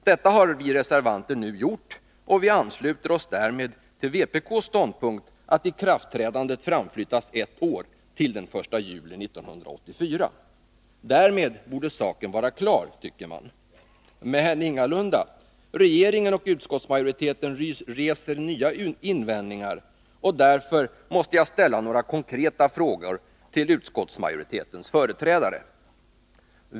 Detta har vi reservanter nu gjort, och vi ansluter oss därmed till vpk:s ståndpunkt att ikraftträdandet bör framflyttas ett år, till den 1 juli 1984. Därmed borde saken vara klar, tycker man! Men ingalunda. Regeringen och utskottsmajoriteten reser nya invändningar, och därför måste jag ställa några konkreta frågor till utskottsmajoritetens företrädare.